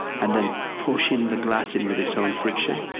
and then pushing the glass in with its own friction.